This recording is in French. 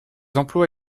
emplois